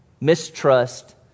mistrust